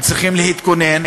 הם צריכים להתכונן,